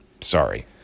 Sorry